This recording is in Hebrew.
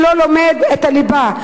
שלא לומד את מקצועות הליבה.